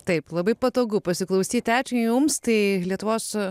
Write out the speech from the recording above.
taip labai patogu pasiklausyti ačiū jums tai lietuvos